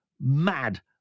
mad